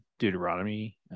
deuteronomy